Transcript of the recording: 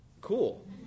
Cool